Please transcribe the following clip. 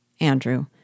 Andrew